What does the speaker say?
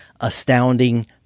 astounding